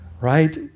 Right